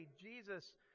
Jesus